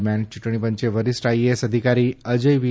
દરમ્યાન ચૂંટણી પંચે વરિષ્ઠ આઈએએસ અધિકારી અજય વી